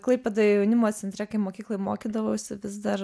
klaipėdoje jaunimo centre kai mokykloj mokydavausi vis dar